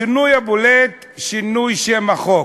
השינוי הבולט: שינוי שם החוק.